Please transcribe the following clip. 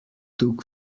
took